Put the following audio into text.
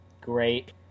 great